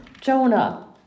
Jonah